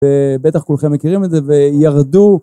ובטח כולכם מכירים את זה, וירדו...